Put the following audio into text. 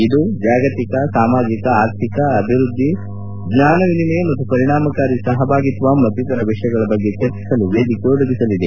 ಇದು ಜಾಗತಿಕ ಸಾಮಾಜಿಕ ಆರ್ಥಿಕ ಅಭಿವೃದ್ದಿ ಜ್ಞಾನ ವಿನಿಮಯ ಮತ್ತು ಪರಿಣಾಮಕಾರಿ ಸಹಭಾಗಿತ್ವ ಮತ್ತಿತರ ವಿಷಯಗಳ ಬಗ್ಗೆ ಚರ್ಚಿಸಲು ವೇದಿಕೆ ಒದಗಿಸಲಿದೆ